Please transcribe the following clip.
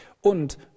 Und